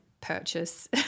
purchase